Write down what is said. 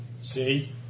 See